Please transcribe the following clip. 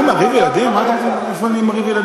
אני לרגע אחד לא מדבר על שנאה ואני חושב שיש פה